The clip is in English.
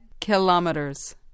kilometers